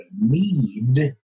need